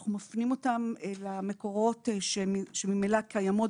אנחנו מפנים אותם למקורות שממילא קיימות,